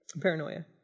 Paranoia